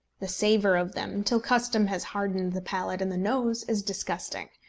the savour of them, till custom has hardened the palate and the nose, is disgusting.